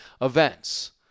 events